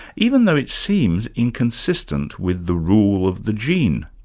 even though it seems inconsistent with the rule of the gene.